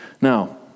Now